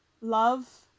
love